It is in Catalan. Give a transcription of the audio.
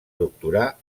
doctorar